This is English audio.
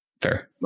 Fair